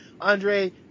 Andre